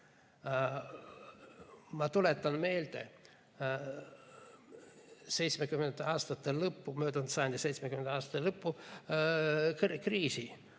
Ma tuletan meelde 1970. aastate lõppu, möödunud sajandi 70. aastate lõpu kriisi,